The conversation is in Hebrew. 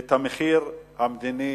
את המחיר המדיני